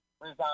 resign